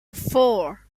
four